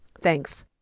Thanks